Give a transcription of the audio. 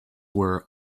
were